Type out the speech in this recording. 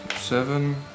seven